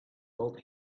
told